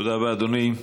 תודה רבה, אדוני.